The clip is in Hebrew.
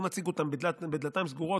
בואו נציג אותם בכלל בדלתיים סגורות,